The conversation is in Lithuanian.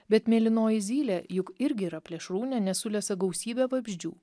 bet mėlynoji zylė juk irgi yra plėšrūnė nes sulesa gausybę vabzdžių